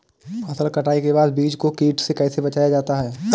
फसल कटाई के बाद बीज को कीट से कैसे बचाया जाता है?